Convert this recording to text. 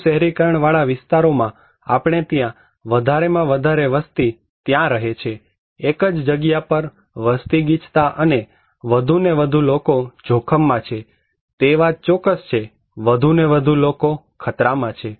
વધુ શહેરીકરણ વાળા વિસ્તારોમાં આપણે ત્યાં વધારેમાં વધારે વસ્તી ત્યાં રહે છે એક જ જગ્યા પર વસ્તી ગીચતા અને વધુ ને વધુ લોકો જોખમમાં છે તે વાત ચોક્કસ છે વધુ ને વધુ લોકો ખતરામાં છે